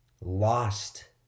lost